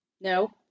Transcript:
No